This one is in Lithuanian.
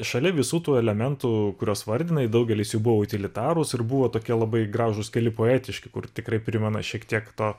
šalia visų tų elementų kuriuos vardinai daugelis jų buvo utilitarūs ir buvo tokie labai gražūskeli poetiški kur tikrai primena šiek tiek to